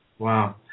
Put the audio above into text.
Wow